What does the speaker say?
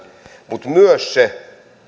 mutta myös se